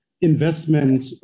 investment